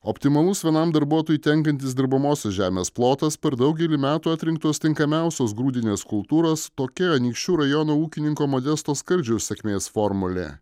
optimalus vienam darbuotojui tenkantis dirbamosios žemės plotas per daugelį metų atrinktos tinkamiausios grūdinės kultūros tokia anykščių rajono ūkininko modesto skardžiaus sėkmės formulė